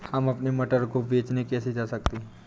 हम अपने मटर को बेचने कैसे जा सकते हैं?